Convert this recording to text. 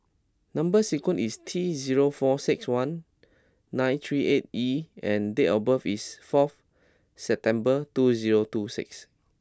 number sequence is T zero four six one nine three eight E and date of birth is four September two zero two six